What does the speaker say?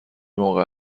موقع